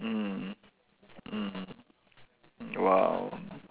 mm mm mm !wow!